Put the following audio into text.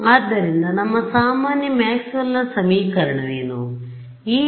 ಆದ್ದರಿಂದ ನಮ್ಮ ಸಾಮಾನ್ಯ ಮ್ಯಾಕ್ಸ್ವೆಲ್ನ ಸಮೀಕರಣ Maxwell's equation ವೇನು